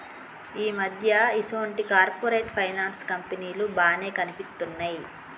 ఈ మధ్య ఈసొంటి కార్పొరేట్ ఫైనాన్స్ కంపెనీలు బానే కనిపిత్తున్నయ్